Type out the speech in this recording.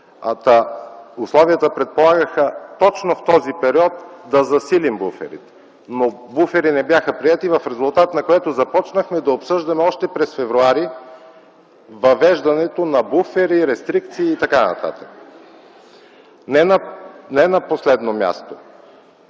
г., условията предполагаха точно в този период да засилим буферите. Буфери не бяха приети, в резултат на което започнахме да обсъждаме още през м. февруари въвеждането на буфери, рестрикции и така нататък. Не на последно място,